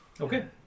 Okay